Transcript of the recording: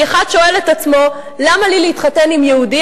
כי אחד שואל את עצמו: למה לי להתחתן עם יהודי,